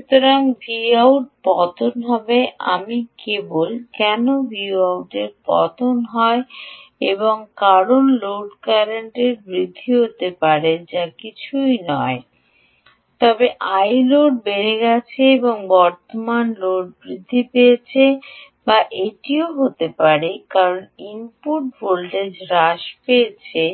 সুতরাং Vout পতন আমি বলব কেন Vout র পতন হয় কারণ লোড কারেন্টের বৃদ্ধি হতে পারে যা কিছুই নয় তবে Iload বেড়ে গেছে বর্তমান লোড বৃদ্ধি পেয়েছে বা এটিও হতে পারে কারণ ইনপুট ভোল্টেজ হ্রাস পেয়েছে